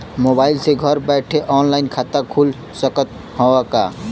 Mobile से घर बैठे ऑनलाइन खाता खुल सकत हव का?